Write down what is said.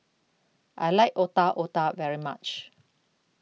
I like Otak Otak very much